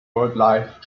wildlife